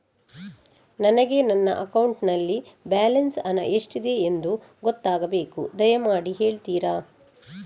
ನನಗೆ ನನ್ನ ಅಕೌಂಟಲ್ಲಿ ಬ್ಯಾಲೆನ್ಸ್ ಹಣ ಎಷ್ಟಿದೆ ಎಂದು ಗೊತ್ತಾಗಬೇಕು, ದಯಮಾಡಿ ಹೇಳ್ತಿರಾ?